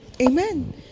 Amen